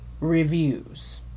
reviews